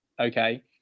okay